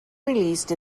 released